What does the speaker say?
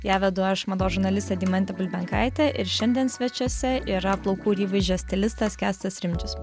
ją vedu aš mados žurnalistė deimantė bulbenkaitė ir šiandien svečiuose yra plaukų ir įvaizdžio stilistas kęstas rimdžius